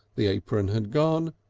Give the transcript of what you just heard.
the apron had gone,